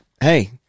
Hey